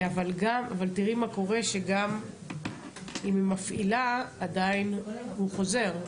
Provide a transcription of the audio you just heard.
אבל תראי מה קורה שגם אם היא מפעילה עדיין הוא חוזר.